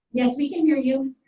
yes we can hear you.